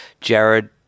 Jared